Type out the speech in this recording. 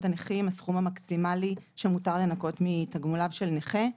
הנכים - הסכום המקסימלי שמותר לנכות מתגמוליו של נכה.